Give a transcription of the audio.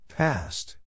Past